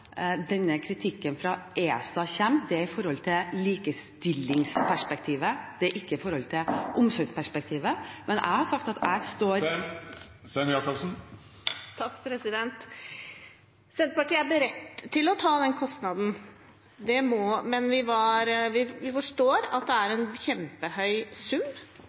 denne kritikken fra ESA – den gjelder likestillingsperspektivet, , ikke omsorgsperspektivet . Men jeg har sagt at jeg står … Senterpartiet er beredt til å ta den kostnaden, men vi forstår at det er en kjempehøy sum.